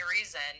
reason